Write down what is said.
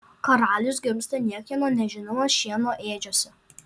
karalius gimsta niekieno nežinomas šieno ėdžiose